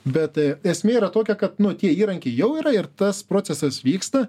bet esmė yra tokia kad nu tie įrankiai jau yra ir tas procesas vyksta